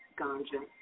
ganja